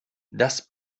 das